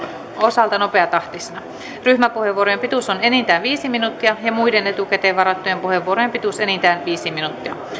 osalta nopeatahtisena ryhmäpuheenvuorojen pituus on enintään viisi minuuttia ja muiden etukäteen varattujen puheenvuorojen pituus enintään viisi minuuttia